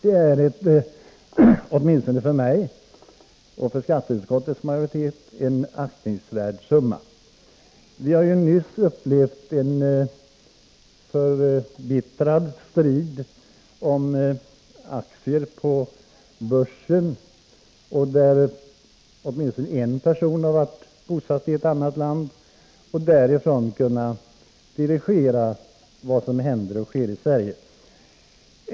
Det är åtminstone för mig och skatteutskottets majoritet en aktningsvärd summa. Vi har nyss upplevt en förbittrad strid om aktier på börsen, där åtminstone i ett fall en person varit bosatt i ett annat land och därifrån kunnat dirigera vad som händer och sker i Sverige.